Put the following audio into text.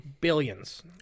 Billions